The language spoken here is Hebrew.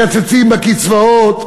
מקצצים בקצבאות,